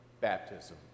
baptism